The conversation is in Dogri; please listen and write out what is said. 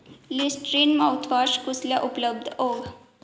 लिस्ट्रीन माउथवाश कुसलै उपलब्ध होग